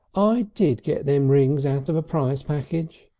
i did get them rings out of a prize packet.